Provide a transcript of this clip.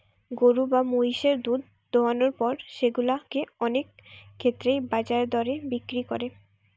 গরু বা মহিষের দুধ দোহানোর পর সেগুলা কে অনেক ক্ষেত্রেই বাজার দরে বিক্রি করে